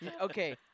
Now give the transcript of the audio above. okay